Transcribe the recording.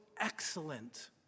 excellent